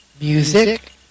Music